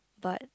but